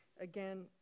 Again